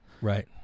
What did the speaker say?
Right